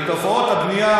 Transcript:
לתופעות הבנייה